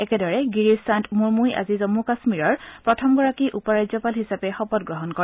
একেদৰে গিৰীশ চান্দ মুমুই আজি জম্মু কাশ্মিৰৰ প্ৰথমগৰাকী উপ ৰাজ্যপাল হিচাপে শপত গ্ৰহণ কৰে